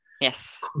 Yes